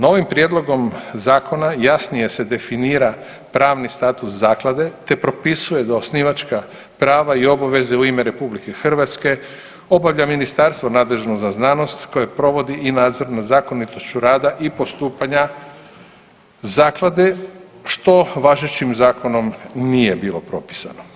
Novim prijedlogom zakona jasnije se definira pravni status zaklade te propisuje da osnivačka prava i obaveze u ime RH obavlja ministarstvo nadležno za znanost koje provodi i nadzor nad zakonitošću rada i postupanja zaklade što važećim zakonom nije bilo propisano.